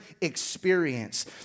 experience